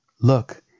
Look